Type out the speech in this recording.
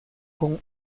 con